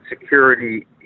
security